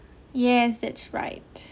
yes that's right